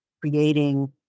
creating